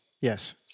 Yes